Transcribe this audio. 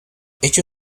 ello